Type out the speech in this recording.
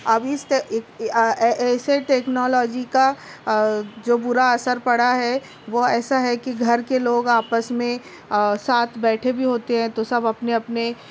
اب اس ایسے ٹکنالوجی کا جو برا اثر پڑا ہے وہ ایسا ہے کہ گھر کے لوگ آپس میں ساتھ بیٹھے بھی ہوتے ہیں تو سب اپنے اپنے